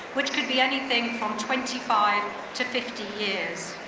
which could be anything from twenty five to fifty years.